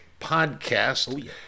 podcast